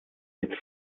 wird